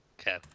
Okay